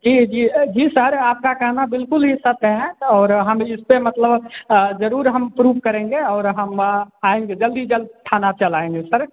जी जी जी सर आपका कहना बिल्कुल ही सत्य है और हम इस पर मतलब जरूर हम प्रूफ करेंगे और हम आएँगे जल्द ही जल्द थाना चल आएँगे सर